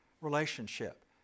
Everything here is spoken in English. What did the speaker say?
relationship